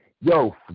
yo